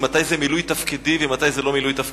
מתי זה מילוי תפקידי ומתי זה לא מילוי תפקידי.